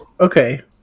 Okay